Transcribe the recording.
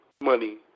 money